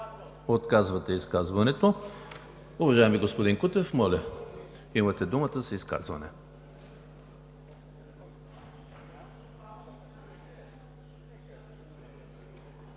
отказва изказване. Уважаеми господин Кутев, имате думата за изказване.